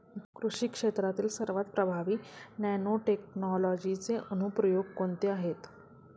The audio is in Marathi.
कृषी क्षेत्रातील सर्वात प्रभावी नॅनोटेक्नॉलॉजीचे अनुप्रयोग कोणते आहेत?